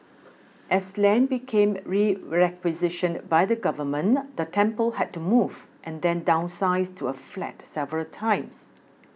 as land became requisitioned by the government the temple had to move and then downsize to a flat several times